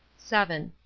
seven.